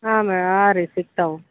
ಹಾಂ ಮ್ಯಾ ಹಾಂ ರೀ ಸಿಗ್ತಾವೆ